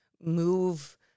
move